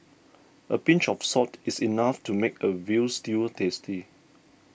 a pinch of salt is enough to make a Veal Stew tasty